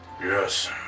Yes